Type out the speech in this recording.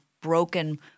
broken